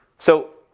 so,